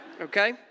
Okay